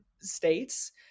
states